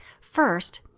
First